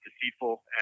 deceitful